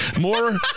More